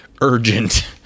urgent